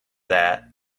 that